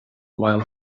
while